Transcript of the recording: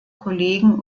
kollegen